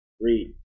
Read